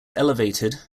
elevated